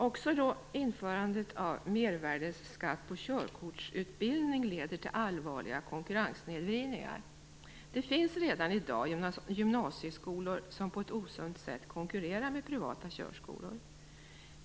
Också införandet av mervärdesskatt på körkortsutbildningar leder till allvarliga konkurrenssnedvridningar. Det finns redan i dag gymnasieskolor som på ett osunt sätt konkurrerar med privata körskolor.